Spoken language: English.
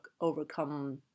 overcome